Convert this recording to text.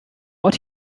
ort